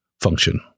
function